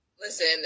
Listen